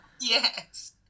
Yes